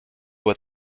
what